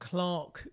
Clark